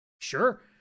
Sure